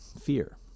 fear